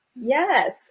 Yes